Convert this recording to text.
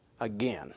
again